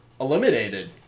eliminated